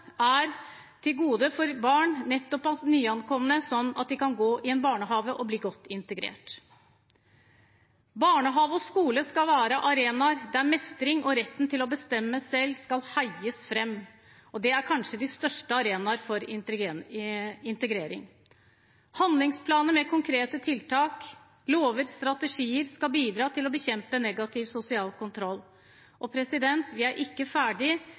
er til gode for barn av nettopp nyankomne, slik at de kan gå i barnehage og bli godt integrert. Barnehage og skole skal være arenaer der mestring og retten til å bestemme selv skal heies fram, og det er kanskje de største arenaene for integrering. Handlingsplaner med konkrete tiltak, lover og strategier skal bidra til å bekjempe negativ sosial kontroll. Og vi er ikke ferdig